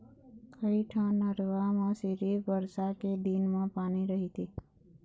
कइठन नरूवा म सिरिफ बरसा के दिन म पानी रहिथे